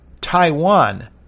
Taiwan